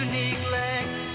neglect